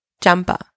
jumper